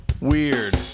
Weird